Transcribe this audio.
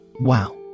Wow